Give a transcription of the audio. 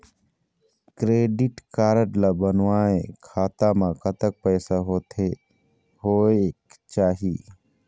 Credit card ला बनवाए खाता मा कतक पैसा होथे होएक चाही?